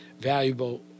valuable